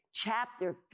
chapter